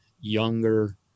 younger